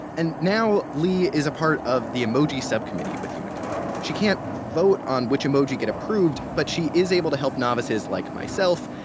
and now lee is a part of the emoji subcommittee with unicode. she can't vote on which emoji get approved, but she is able to help novices like myself,